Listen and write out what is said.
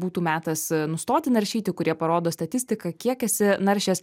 būtų metas nustoti naršyti kurie parodo statistiką kiek esi naršęs